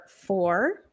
four